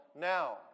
now